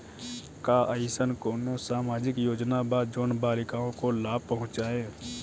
का अइसन कोनो सामाजिक योजना बा जोन बालिकाओं को लाभ पहुँचाए?